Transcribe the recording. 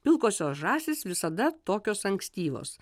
pilkosios žąsys visada tokios ankstyvos